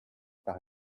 par